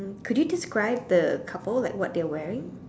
could you describe the couple like what they're wearing